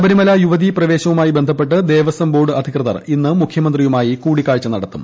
ശബരിമല യുവതി പ്രവേശനവുമായി ബന്ധപ്പെട്ട് ദേവസ്വംബോർഡ് അധികൃതർ ഇന്ന് മുഖൃമന്ത്രിയുമായി കൂടിക്കാഴ്ച നടത്തും